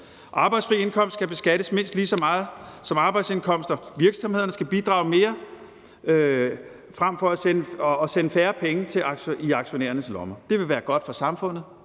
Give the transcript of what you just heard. Arbejdsfri indkomst skal beskattes mindst lige så meget som arbejdsindkomster. Virksomhederne skal bidrage mere og sende færre penge i aktionærernes lommer. Det vil være godt for samfundet.